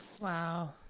Wow